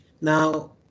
Now